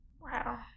Wow